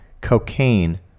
cocaine